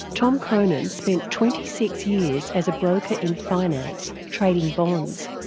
tom cronin spent twenty six years as a broker in finance, trading bonds.